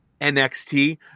NXT